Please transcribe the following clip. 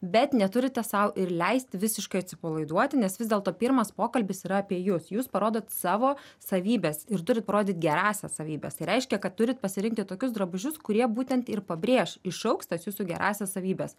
bet neturite sau ir leist visiškai atsipalaiduoti nes vis dėlto pirmas pokalbis yra apie jus jūs parodot savo savybes ir turit parodyt gerąsias savybes tai reiškia kad turit pasirinkti tokius drabužius kurie būtent ir pabrėš iššauks tas jūsų gerąsias savybes